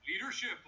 Leadership